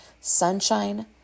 sunshine